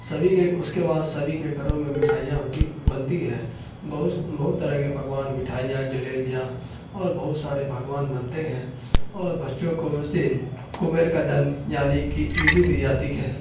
سبھی کے اس کے بعد سبھی کے گھروں میں مٹھائیاں ہوتی بنتی ہیں بہت بہت طرح کے پکوان مٹھائیاں جلیبیاں اور بہت سارے پکوان بنتے ہیں اور بچوں کو اس دن کبیر کا دھن یعنی کہ عیدی دی جاتک ہے